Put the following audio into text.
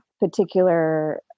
particular